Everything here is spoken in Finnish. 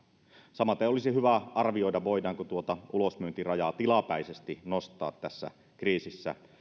samaten olisi hyvä arvioida voidaanko tuota ulosmyyntirajaa tilapäisesti nostaa tässä kriisissä